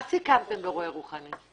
מה סיכמתם ב"רועה רוחני"?